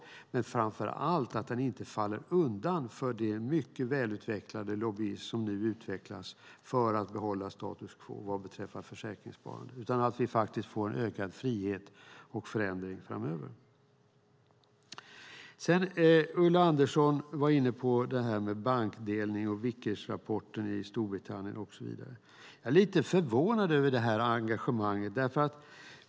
Framför allt hoppas jag att den inte faller undan för den mycket välutvecklade lobbyism som nu uppkommer för att behålla status quo vad beträffar försäkringssparande. Jag hoppas att vi faktiskt får en ökad frihet och en förändring framöver. Ulla Andersson var inne på det här med bankdelning och Vickersrapporten i Storbritannien och så vidare. Jag är lite förvånad över det här engagemanget.